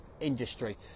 industry